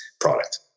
product